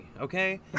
Okay